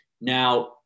Now